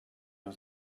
was